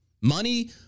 Money